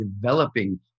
developing